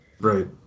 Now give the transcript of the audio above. Right